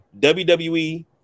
WWE